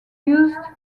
used